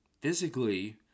physically